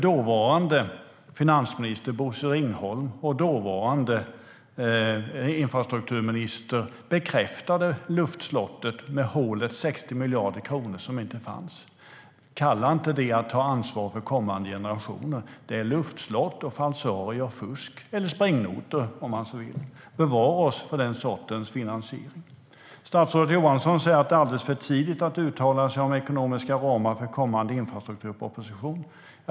Dåvarande finansminister Bosse Ringholm och dåvarande infrastrukturministern bekräftade luftslottet och hålet av 60 miljarder kronor som inte fanns. Kalla det inte för att ta ansvar för kommande generationer! Det är luftslott, falsarier, fusk eller springnotor, om man så vill. Bevare oss för den sortens finansiering! Statsrådet Johansson säger att det är alldeles för tidigt att uttala sig om ekonomiska ramar för kommande infrastrukturproposition.